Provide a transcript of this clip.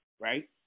right